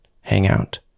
hangout